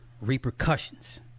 repercussions